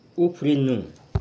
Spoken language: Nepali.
उफ्रिनु